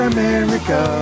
America